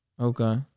okay